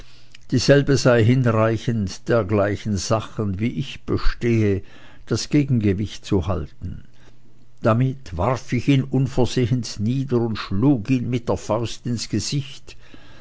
dieselbe sei hinreichend dergleichen sachen wie ich bestehe das gegengewicht zu halten damit warf ich ihn unversehens nieder und schlug ihn mit der faust ins gesicht